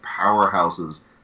powerhouses